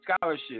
scholarship